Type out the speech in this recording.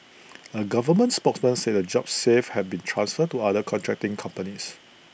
A government spokesman said the jobs saved had been transferred to other contracting companies